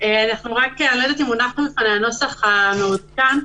לא יודעת אם מונח בפניי הנוסח המעודכן,